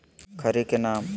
खड़ी के नाम?